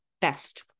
best